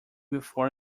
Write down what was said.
before